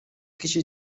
киши